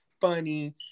funny